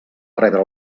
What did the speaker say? rebre